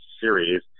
Series